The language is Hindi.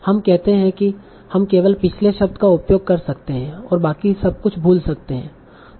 हम कहते हैं कि हम केवल पिछले शब्द का उपयोग कर सकते हैं और बाकी सब कुछ भूल सकते हैं